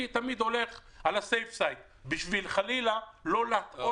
אני תמיד הולך על ה-Safe side בשביל חלילה לא להטעות,